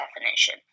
definition